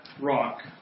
rock